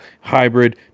hybrid